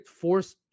forced